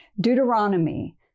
Deuteronomy